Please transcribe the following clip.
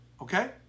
okay